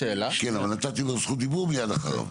כן, אבל נתתי לו זכות דיבור, אז מיד אחריו.